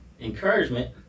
encouragement